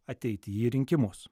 ateiti į rinkimus